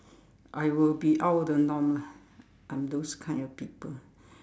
I will be out of the norm lah I'm those kind of people